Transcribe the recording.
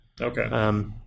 Okay